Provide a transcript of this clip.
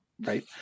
right